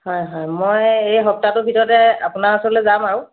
হয় হয় মই এই সপ্তাহটোৰ ভিতৰতে আপোনাৰ ওচৰলৈ যাম আৰু